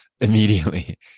immediately